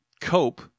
cope